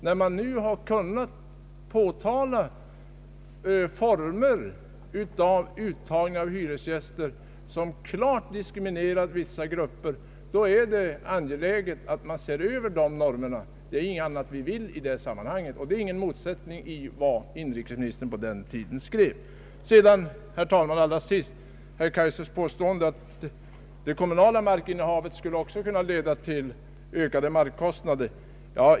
När man nu har kunnat påtala former för uttagning av hyresgäster som klart diskriminerar vissa grupper, är det angeläget att man ser över dessa normer. Det är ingenting annat vi vill i det sammanhanget, och vad vi framhåller står inte i motsättning till vad inrikesministern den gången skrev. Herr talman! Herr Kaijser påstår att det kommunala markinnehavet också skulle kunna leda till ökade markkostnader.